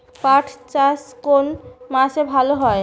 পাট চাষ কোন মাসে ভালো হয়?